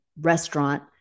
restaurant